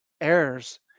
errors